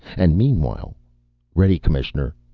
and meanwhile ready, commissioner,